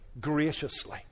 graciously